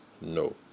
no